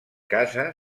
casa